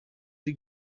ari